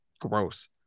gross